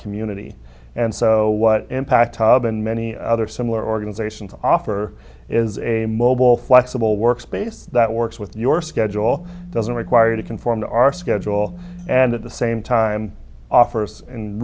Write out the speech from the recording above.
community and so what impact hub and many other similar organizations offer is a mobile flexible work space that works with your schedule doesn't require you to conform to our schedule and at the same time offers and